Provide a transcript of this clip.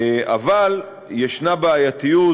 אבל יש בעייתיות,